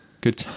Good